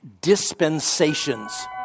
dispensations